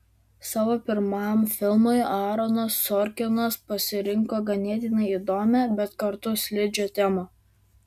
savo pirmam filmui aaronas sorkinas pasirinko ganėtinai įdomią bet kartu slidžią temą